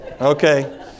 Okay